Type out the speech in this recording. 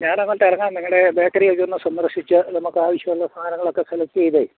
ഞാനങ്ങോട്ട് ഇറങ്ങാം നിങ്ങളുടെ ബേക്കറിയൊക്കെ ഒന്ന് സന്ദര്ശിച്ച് നമുക്കാവശ്യമുള്ള സാധനങ്ങളൊക്കെ സെലക്റ്റ് ചെയ്ത്